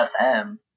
FM